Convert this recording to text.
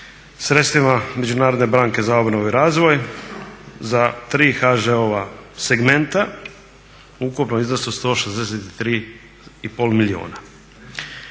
sredstvima Međunarodne banke za obnovu i razvoj za tri HŽ-ova segmenta u ukupnom iznosu od 163,5 milijuna.